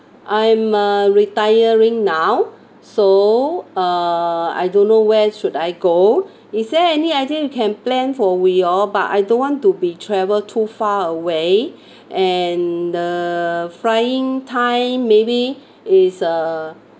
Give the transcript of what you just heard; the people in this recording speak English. I'm uh retiring now so uh I don't know where should I go is there any idea you can plan for we all but I don't want to be travel too far away and the flying time maybe is uh